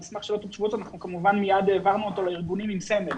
אנחנו כמובן מיד העברנו לארגונים עם סמל